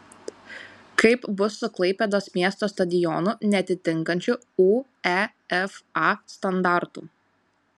kaip bus su klaipėdos miesto stadionu neatitinkančiu uefa standartų